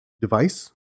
device